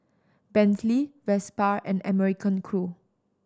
Bentley Vespa and American Crew